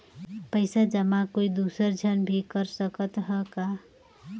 पइसा जमा कोई दुसर झन भी कर सकत त ह का?